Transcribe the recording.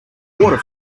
water